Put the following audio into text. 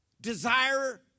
desire